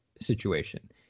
situation